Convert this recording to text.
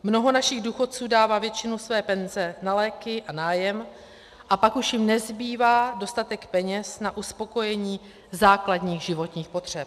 Mnoho našich důchodců dává většinu své penze na léky a nájem a pak už jim nezbývá dostatek peněz na uspokojení základních životních potřeb.